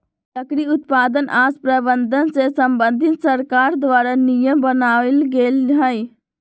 लकड़ी उत्पादन आऽ प्रबंधन से संबंधित सरकार द्वारा नियम बनाएल गेल हइ